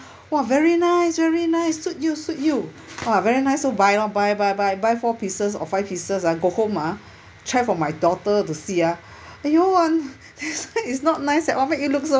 !wah! very nice very nice suit you suit you !wah! very nice so buy lor buy buy buy buy four pieces or five pieces ah go home ah try for my daughter to see ah !aiyo! [one] this [one] is not nice eh all make you look so